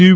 you